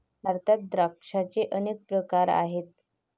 भारतात द्राक्षांचे अनेक प्रकार आहेत